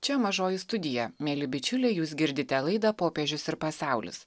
čia mažoji studija mieli bičiuliai jūs girdite laidą popiežius ir pasaulis